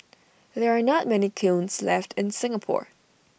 there are not many kilns left in Singapore